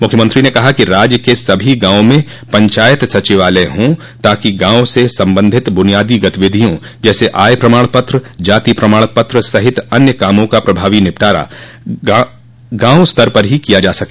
मुख्यमंत्री ने कहा राज्य के सभी गाँवों में पंचायत सचिवालय हो ताकि गाँव से सम्बन्धित बुनियादी गतिविधियों जैसे आय प्रमाण पत्र जाति प्रमाण पत्र सहित अन्य कामों का प्रभावी निपटारा गाँव स्तर पर ही किया जा सके